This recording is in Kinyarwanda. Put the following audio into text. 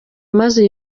maze